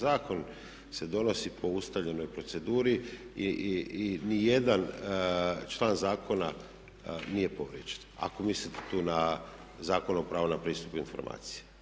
Zakon se donosi po ustaljenoj proceduri i ni jedan član zakona nije povrijeđen, ako mislite tu na Zakon o pravu na pristup informacija.